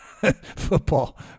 football